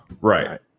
Right